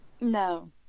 No